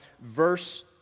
verse